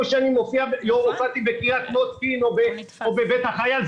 שהופעתי בקרית מוצקין או בבית החייל,